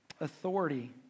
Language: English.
Authority